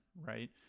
right